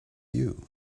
you